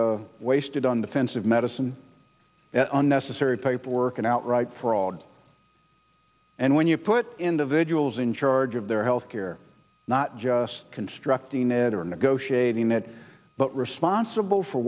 wasted on defensive medicine unnecessary paperwork and outright fraud and when you put individuals in charge of their health care not just constructing it or negotiating it but responsible for